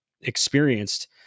experienced